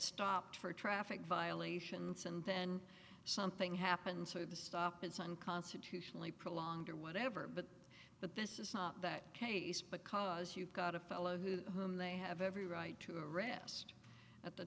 stopped for traffic violations and then something happens so the stop it's unconstitutionally prolonged or whatever but but this is not that case because you've got a fellow who whom they have every right to arrest at the